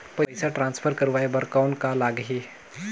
पइसा ट्रांसफर करवाय बर कौन का लगही?